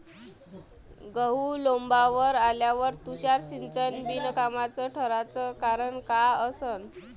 गहू लोम्बावर आल्यावर तुषार सिंचन बिनकामाचं ठराचं कारन का असन?